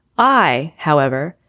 i however,